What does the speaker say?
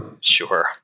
sure